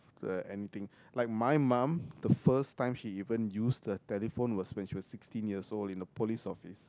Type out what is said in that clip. uh anything like my mum the first time she even used a telephone was when she was sixteen years old in the police office